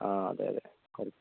ആ അതെയതെ കറക്റ്റ്